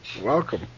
Welcome